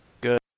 Good